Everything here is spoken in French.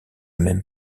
même